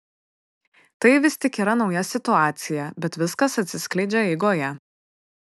tai vis tik yra nauja situacija bet viskas atsiskleidžia eigoje